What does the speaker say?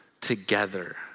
together